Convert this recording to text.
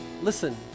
Listen